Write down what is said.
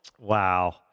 Wow